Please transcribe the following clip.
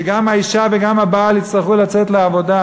שגם האישה וגם הבעל יצטרכו לצאת לעבודה,